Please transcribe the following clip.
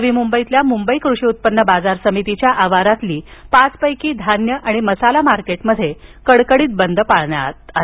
नवी मुंबईतल्या मुंबई कृषी उत्पन्न बाजार समितीच्या आवारातील पाचपैकी धान्य आणि मसाला मार्केटमध्ये कडकडीत बंद पाळण्यात आला